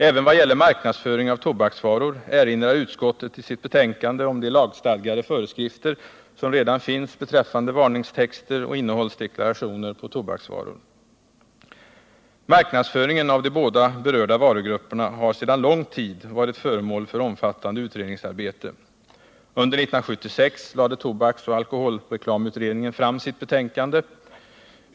Även i vad gäller marknadsföring av tobaksvaror erinrar utskottet i sitt betänkande om de lagstadgade föreskrifter som redan finns om varningstexter och innehållsdeklarationer på tobaksvaror. Marknadsföringen av de båda berörda varugrupperna har under lång tid varit föremål för omfattande utredningsarbete. Under 1976 lade tobaksoch alkoholreklamutredningen fram sitt betänkande.